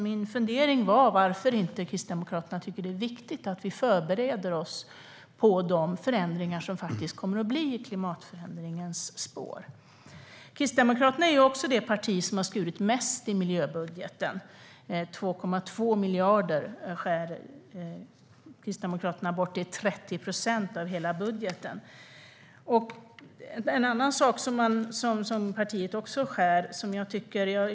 Min fundering var därför varför Kristdemokraterna inte tycker att det är viktigt att vi förbereder oss på de förändringar som faktiskt kommer att ske i klimatförändringarnas spår. Kristdemokraterna är också det parti som har skurit mest i miljöbudgeten. Kristdemokraterna skär bort 2,2 miljarder. Det är 30 procent av hela budgeten. Partiet skär även ned på en annan sak.